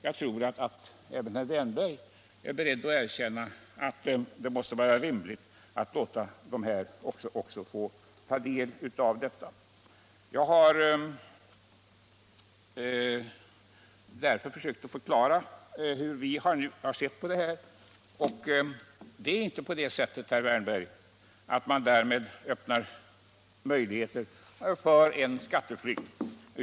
Jag tror att även herr Wärnberg är beredd att erkänna att det är rimligt att låta även dessa ungdomar ta del av inkomsten för sitt arbete. Jag har här försökt att förklara hur vi ser på detta. Det är inte på det sättet, herr Wärnberg, att man öppnar möjligheter till skatteflykt.